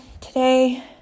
today